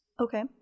Okay